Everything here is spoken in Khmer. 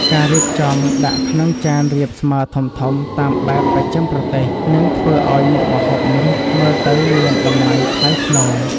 ការរៀបចំដាក់ក្នុងចានរាបស្មើធំៗតាមបែបបស្ចិមប្រទេសនឹងធ្វើឱ្យមុខម្ហូបនេះមើលទៅមានតម្លៃថ្លៃថ្នូរ។